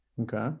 Okay